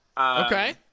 Okay